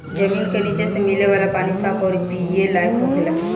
जमीन के निचे से मिले वाला पानी साफ अउरी पिए लायक होखेला